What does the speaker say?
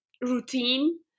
routine